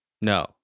No